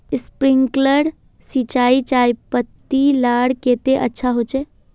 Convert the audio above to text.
Sprinkler सिंचाई चयपत्ति लार केते अच्छा होचए?